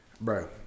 Bro